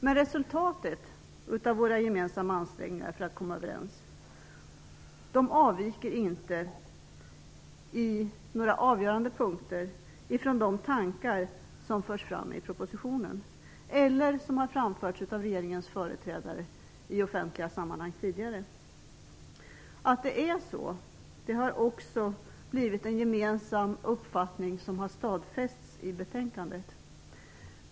Men resultatet av våra gemensamma ansträngningar för att komma överens avviker inte på några avgörande punkter från de tankar som förs fram i propositionen eller som tidigare har framförts av regeringens företrädare i offentliga sammanhang. Att det förhåller sig så har blivit en gemensam uppfattning som har stadfästs i betänkandet.